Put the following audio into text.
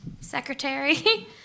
secretary